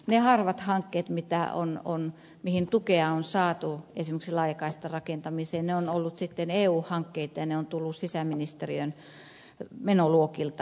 ne harvat hankkeet mihin tukea on saatu esimerkiksi laajakaistan rakentamiseen ovat olleet sitten eu hankkeita ja ne ovat tulleet sisäministeriön menoluokilta